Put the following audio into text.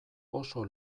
oso